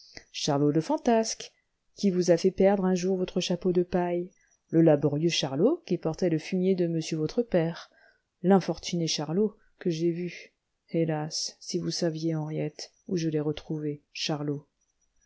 charlot le fantasque qui vous a fait perdre un jour votre chapeau de paille le laborieux charlot qui portait le fumier de monsieur votre père l'infortuné charlot que j'ai vu hélas si vous saviez henriette où je l'ai retrouvé charlot